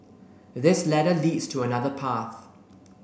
this ladder leads to another path